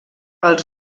els